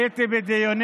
עייפתי,